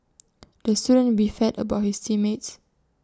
the student beefed about his team mates